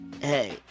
Hey